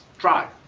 drive.